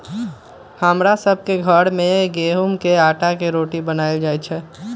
हमरा सभ के घर में गेहूम के अटा के रोटि बनाएल जाय छै